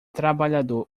trabalhador